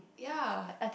ya